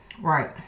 right